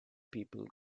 people